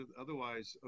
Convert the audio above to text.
otherwise